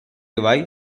levy